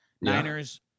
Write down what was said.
Niners